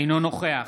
אינו נוכח